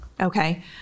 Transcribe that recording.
Okay